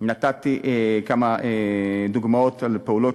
נתתי כמה דוגמאות על פעולות,